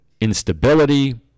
instability